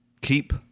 keep